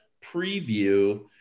preview